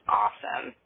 awesome